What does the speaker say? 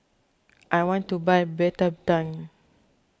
I want to buy Betadine